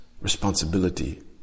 responsibility